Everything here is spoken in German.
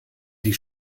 die